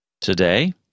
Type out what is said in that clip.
Today